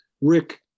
Rick